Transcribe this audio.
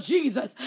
Jesus